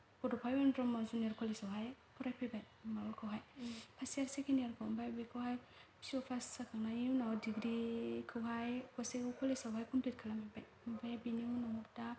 बडफा U N Brahma junior कलेजावहाय फरायफैबाय माबाखौहाय फार्स्त यार सेकेण्ड यार खौ ओमफ्राय बेखौहाय पिइउ पास जाखांनायनि उनाव दिग्रीखौहाय गसाइगाव कलेजावहाय कमप्लित खालामजोब्बाय ओमफ्राय बेनि उनाव दा